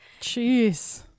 Jeez